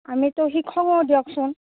আমিতো দিয়কচোন